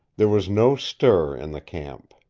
there was no stir in the camp.